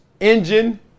engine